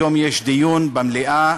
היום יש דיון במליאה